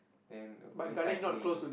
then went cycling